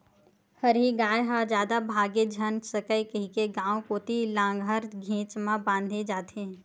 हरही गाय ह जादा भागे झन सकय कहिके गाँव कोती लांहगर घेंच म बांधे जाथे